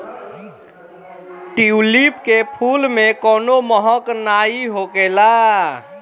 tulip के फूल में कवनो महक नाइ होखेला